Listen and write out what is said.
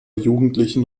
jugendlichen